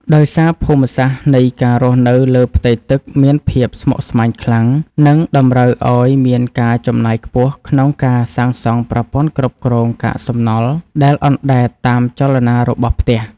ដោយសារភូមិសាស្ត្រនៃការរស់នៅលើផ្ទៃទឹកមានភាពស្មុគស្មាញខ្លាំង និងតម្រូវឱ្យមានការចំណាយខ្ពស់ក្នុងការសាងសង់ប្រព័ន្ធគ្រប់គ្រងកាកសំណល់ដែលអណ្តែតតាមចលនារបស់ផ្ទះ។